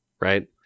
right